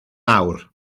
awr